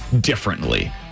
differently